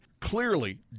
Clearly